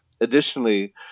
Additionally